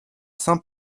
saint